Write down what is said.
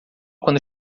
quando